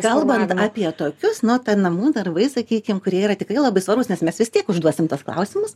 kalbant apie tokius nu tai namų darbais sakykim kurie yra tikrai labai svarbūs nes mes vis tiek užduosim tuos klausimus